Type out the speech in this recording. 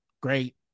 great